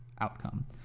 outcome